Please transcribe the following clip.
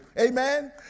Amen